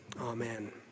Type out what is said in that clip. Amen